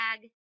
tag